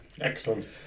Excellent